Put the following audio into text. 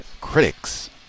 critics